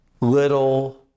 little